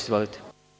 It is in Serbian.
Izvolite.